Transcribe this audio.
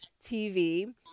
TV